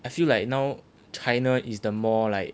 I feel like now china is the more like